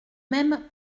même